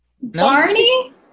Barney